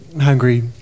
hungry